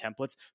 templates